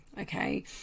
Okay